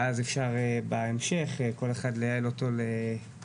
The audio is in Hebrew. ואז אפשר בהמשך כל אחד לייעד אותו לספורט,